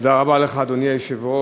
תודה רבה לך, אדוני היושב-ראש.